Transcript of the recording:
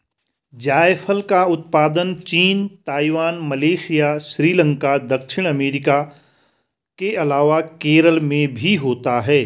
जायफल का उत्पादन चीन, ताइवान, मलेशिया, श्रीलंका, दक्षिण अमेरिका के अलावा केरल में भी होता है